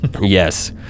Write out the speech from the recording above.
Yes